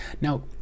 Now